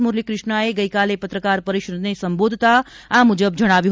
મુરલી કૃષ્ણાએ ગઇકાલે પત્રકાર પરિષદને સંબોધતા આ મુજબ જણાવ્યું